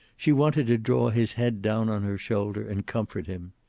she wanted to draw his head down on her shoulder, and comfort him.